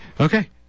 Okay